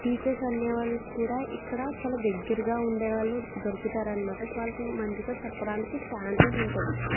teachers అనే వాళ్ళు కూడా ఇక్కడ చాలా దగ్గరగా ఉండే వాళ్ళు దొరుకుతారనమాట సో వాళ్లకి మంచిగా చెప్పడానికి ఛాన్సెస్ ఉంటుంది